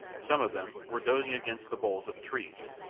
some of them were dozing against the boles of trees,